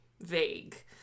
vague